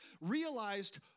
realized